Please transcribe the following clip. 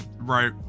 right